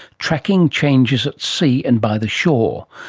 tracking changes at sea and by the shore.